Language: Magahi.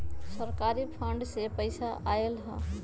सरकारी फंड से पईसा आयल ह?